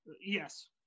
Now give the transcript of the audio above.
Yes